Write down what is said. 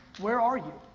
where are you?